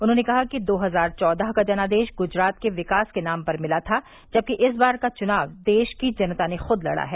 उन्होंने कहा कि दो हजार चौदह का जनादेश गुजरात के विकास के नाम पर मिला था जबकि इस बार का चुनाव देश की जनता ने खुद लड़ा है